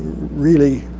really